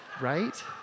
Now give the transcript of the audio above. right